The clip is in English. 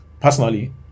personally